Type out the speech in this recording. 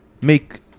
make